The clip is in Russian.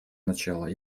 начала